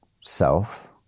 self